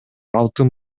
алтын